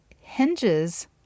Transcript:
hinges